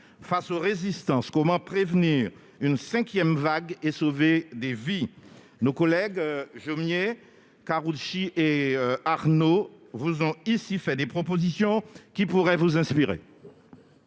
Face aux résistances, comment prévenir une cinquième vague et sauver des vies ? Nos collègues Bernard Jomier, Roger Karoutchi et Jean-Michel Arnaud vous ont ici fait des propositions qui pourraient vous inspirer.